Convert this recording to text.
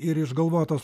ir išgalvotos